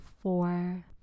four